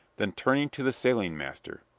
then, turning to the sailing master,